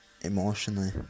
emotionally